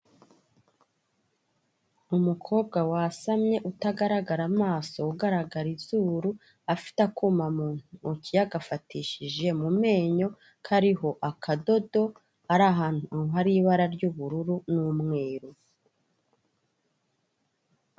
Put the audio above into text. Umukobwa wasamye utagaragara amaso ugaragara izuru, afite akuma mu ntoki yagafatishije mu menyo kariho akadodo, ari ahantu hari ibara ry'ubururu n'umweru.